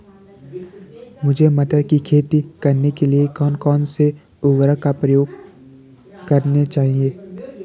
मुझे मटर की खेती करने के लिए कौन कौन से उर्वरक का प्रयोग करने चाहिए?